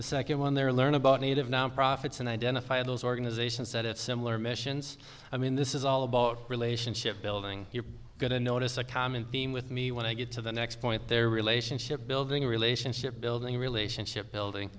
the second one there learn about native non profits and identify those organizations that it's similar missions i mean this is all about relationship building you're going to notice a common theme with me when i get to the next point their relationship building relationship building relationship building